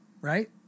right